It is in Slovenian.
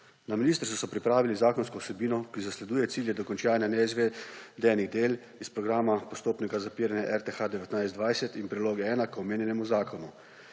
Na ministrstvu so pripravili zakonsko vsebino, ki zasleduje cilje dokončanja neizvedenih del iz programa postopnega zapiranja RTH 2019–2020 in priloge 1 k omenjenemu zakonu: